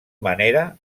manera